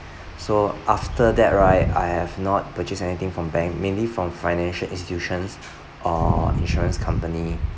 so after that right I have not purchase anything from bank mainly from financial institutions or insurance company